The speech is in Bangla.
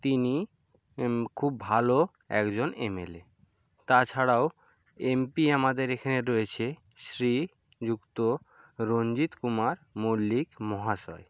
তিনি খুব ভালো একজন এমএলএ তাছাড়াও এমপি আমাদের এখানে রয়েছে শ্রীযুক্ত রঞ্জিত কুমার মল্লিক মহাশয়